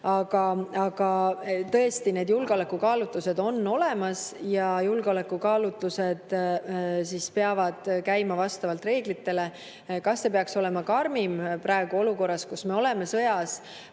Aga tõesti, need julgeolekukaalutlused on olemas, ent ka julgeolekukaalutlused peavad käima vastavalt reeglitele. Kas see peaks olema karmim praeguses olukorras, kus me oleme sõjas?